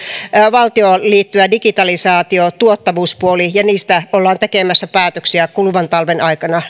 valtioon liittyvä digitalisaatio tuottavuuspuoli ja niistä ollaan tekemässä päätöksiä kuluvan talven aikana